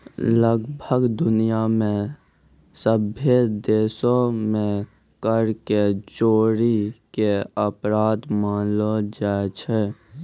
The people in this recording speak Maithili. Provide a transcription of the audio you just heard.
लगभग दुनिया मे सभ्भे देशो मे कर के चोरी के अपराध मानलो जाय छै